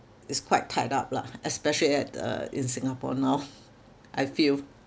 is quite tied up lah especially at uh in Singapore now I feel